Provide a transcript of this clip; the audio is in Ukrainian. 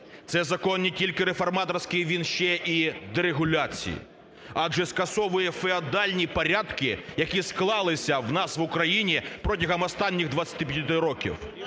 Це закон не тільки реформаторський, він ще і дерегуляції, адже скасовує феодальні порядки, які склалися в нас в Україні протягом останніх 25 років,